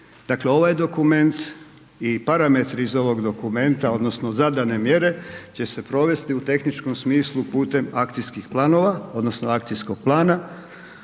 dakle ovaj dokument i parametri iz ovog dokumenta odnosno zadane mjere će se provesti u tehničkom smislu putem akcijskih planova, odnosno akcijskog plana